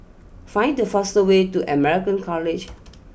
find the fast way to American College